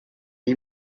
iyi